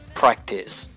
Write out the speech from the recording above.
practice